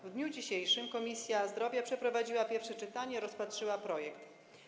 W dniu dzisiejszym Komisja Zdrowia przeprowadziła pierwsze czytanie, rozpatrzyła projekt.